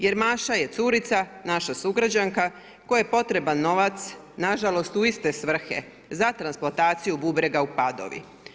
Jer Maša je curica, naša sugrađanka kojoj je potreban novac, nažalost u iste svrhe, za transplantaciju bubrega u Padovi.